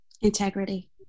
Integrity